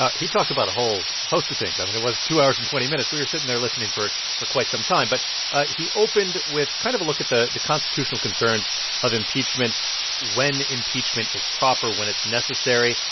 ah he talked about a whole host of things. i mean, it was two hours and twenty minutes. we were sitting there listening for for quite some time. but he opened with kind of a look at the constitutional constitutional concerns of impeachment when impeachment is proper, when it's necessary.